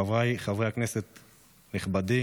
חבריי חברי הכנסת הנכבדים,